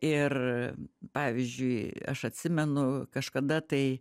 ir pavyzdžiui aš atsimenu kažkada tai